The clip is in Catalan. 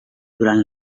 durant